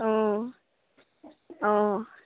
অঁ অঁ